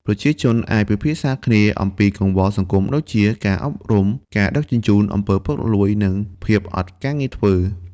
ប្រជាជនអាចពិភាក្សាគ្នាអំពីកង្វល់សង្គមដូចជា ការអប់រំ ការដឹកជញ្ជូន អំពើពុករលួយ និងភាពអត់ការងារធ្វើ។